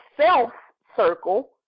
self-circle